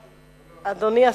גברתי,